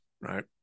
right